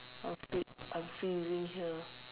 outfit I'm still using here